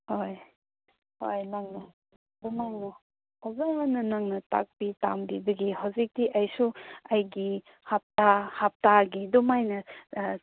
ꯍꯣꯏ ꯍꯣꯏ ꯅꯪꯅ ꯐꯖꯅ ꯅꯪꯅ ꯇꯥꯛꯄꯤ ꯇꯝꯕꯤꯕꯒꯤ ꯅꯪꯅ ꯍꯧꯖꯤꯛꯇꯤ ꯑꯩꯁꯨ ꯑꯩꯒꯤ ꯍꯞꯇꯥ ꯍꯞꯇꯥꯒꯤ ꯑꯗꯨꯃꯥꯏꯅ